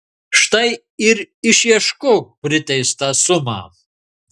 štai ir išieškok priteistą sumą